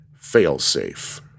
Failsafe